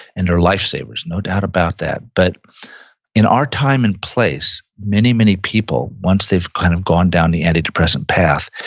and they're lifesavers, no doubt about that, but in our time and place many, many people, once they've kind of gone down the antidepressant path,